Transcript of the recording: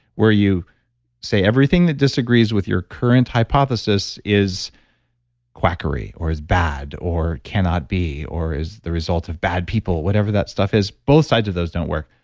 where you say everything that disagrees with your current hypothesis is quackery, or is bad, or cannot be, or is the result of bad people, whatever that stuff is. both sides of those don't work.